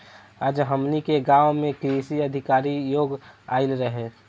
आज हमनी के गाँव में कृषि अधिकारी लोग आइल रहले